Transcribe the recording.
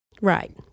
Right